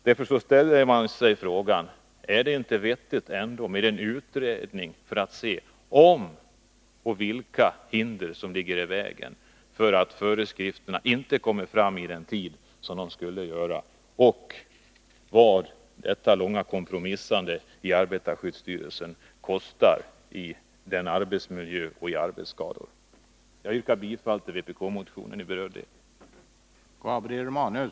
Därför ställer man frågan: Är det inte vettigt med en utredning för att se om det finns hinder i vägen — och vilka dessa i så fall är — som gör att föreskrifterna inte kommer fram i den tid som de borde komma, och vad detta långa kompromissande i arbetarskyddsstyrelsen kostar i arbetsmiljö och arbetsskador? Jag yrkar bifall till vpk-motionen i berörd del.